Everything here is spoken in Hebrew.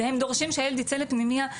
והם דורשים שהילד ייצא לפנימייה,